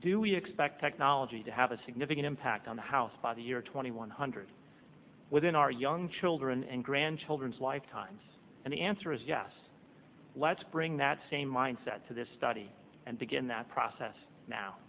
do we expect technology to have a significant impact on the house by the year twenty one hundred within our young children and grandchildren's lifetimes and the answer is yes let's bring that same mindset to this study and begin that process now